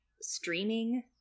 streaming